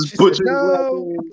No